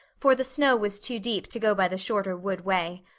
for the snow was too deep to go by the shorter wood way.